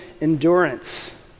endurance